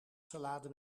salade